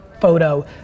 photo